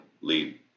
lead